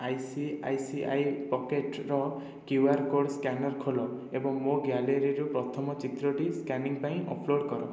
ICICI ପକେଟ୍ର QR code scanner ଖୋଲ ଏବଂ ମୋ ଗ୍ୟାଲେରୀରୁ ପ୍ରଥମ ଚିତ୍ରଟି ସ୍କାନିଂ ପାଇଁ ଅପ୍ଲୋଡ଼ କର